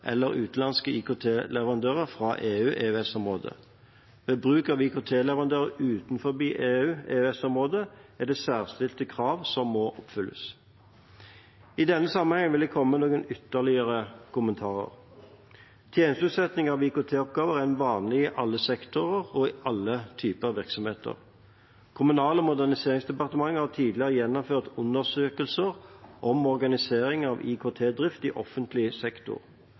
eller utenlandske IKT-leverandører fra EU/EØS-området. Ved bruk av IKT-leverandører utenfor EU/EØS-området er det særskilte krav som må oppfylles. I denne sammenheng vil jeg komme med noen ytterligere kommentarer. Tjenesteutsetting av IKT-oppgaver er vanlig i alle sektorer og i alle typer virksomheter. Kommunal- og moderniseringsdepartementet har tidligere gjennomført undersøkelser om organiseringen av IKT-drift i offentlig sektor.